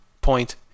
point